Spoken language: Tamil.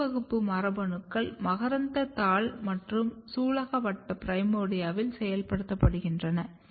C வகுப்பு மரபணுக்கள் மகரந்தங்கள் மற்றும் சூலகவட்டம் பிரைமோர்டியாவில் செயல்படுத்தப்படுகின்றன